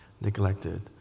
neglected